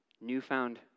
newfound